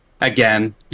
Again